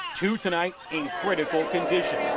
two tonight in critical condition.